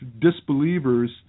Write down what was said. disbelievers